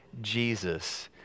jesus